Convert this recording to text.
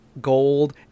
gold